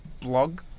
blog